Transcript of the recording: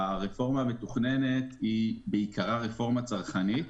הרפורמה המתוכננת היא בעיקרה רפורמה צרכנית.